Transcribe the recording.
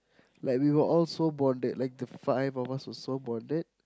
like we were all so bonded like the five of us were so bonded